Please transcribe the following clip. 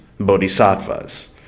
bodhisattvas